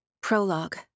Prologue